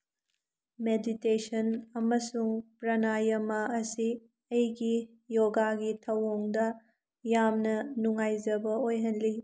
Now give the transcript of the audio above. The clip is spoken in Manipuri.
ꯃꯦꯗꯤꯇꯦꯁꯟ ꯑꯃꯁꯨꯡ ꯄꯔꯅꯥꯏꯌꯥꯃꯥ ꯑꯁꯤ ꯑꯩꯒꯤ ꯌꯣꯒꯥꯒꯤ ꯊꯑꯣꯡꯗ ꯌꯥꯝꯅ ꯅꯨꯡꯉꯥꯏꯖꯕ ꯑꯣꯏꯍꯜꯂꯤ